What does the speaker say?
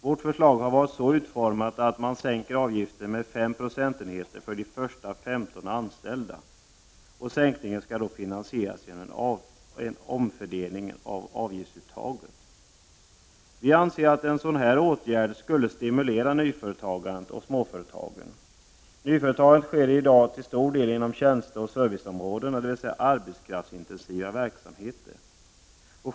Vi har föreslagit att man sänker avgiften med fem procentenheter för de första 15 anställda. Sänkningen skall finansieras genom en omfördelning av avgiftsuttaget. Vi anser att en sådan åtgärd skulle stimulera nyföretagandet och småföretagens verksamhet. Nyföretagandet sker i dag till stor del inom tjänsteoch serviceområdena, dvs. arbetskraftsintensiva verksamheter.